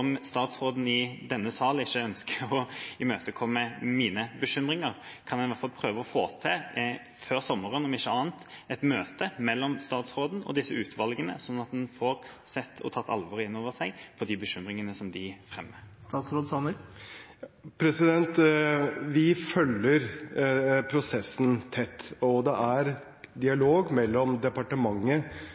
statsråden i denne sal ikke ønsker å imøtekomme mine bekymringer, kan han i alle fall prøve å få til før sommeren om ikke annet et møte mellom statsråden og disse utvalgene, slik at han får sett og tatt alvoret inn over seg når det gjelder de bekymringene de fremmer. Vi følger prosessen tett, og det er dialog mellom departementet